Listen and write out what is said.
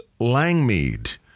Langmead